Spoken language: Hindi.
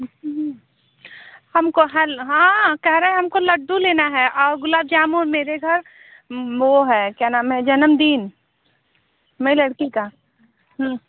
हमको हेल हाँ कह रहे हैं हमको लड्डू लेना है और गुलाब जामुन मेरे घर वह है क्या नाम है जन्मदिन मेरी लड़की का